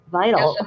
vital